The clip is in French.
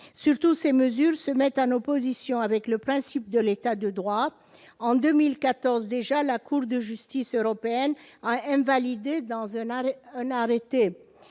Surtout, ces mesures sont en opposition avec le principe de l'État de droit. En 2014 déjà, la Cour de justice de l'Union européenne a invalidé dans